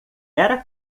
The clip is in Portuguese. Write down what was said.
era